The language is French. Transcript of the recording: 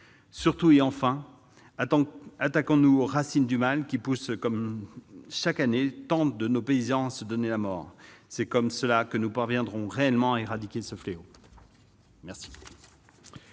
Surtout, attaquons-nous enfin aux racines du mal qui pousse chaque année tant de nos paysans à se donner la mort. C'est ainsi seulement que nous parviendrons réellement à éradiquer ce fléau.